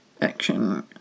action